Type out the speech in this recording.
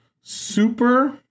super